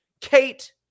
Kate